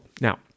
Now